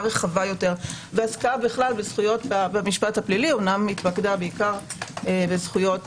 רחבה יותר ועסקה בזכויות במשפט הפלילי אמנם התמקדה בעיקר בזכויות